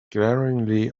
glaringly